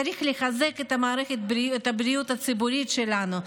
צריך לחזק את מערכת הבריאות הציבורית שלנו,